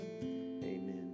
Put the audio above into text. Amen